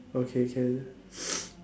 okay can